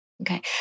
Okay